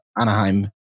Anaheim